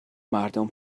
مردم